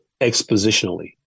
expositionally